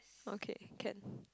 okay can